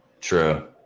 True